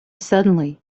suddenly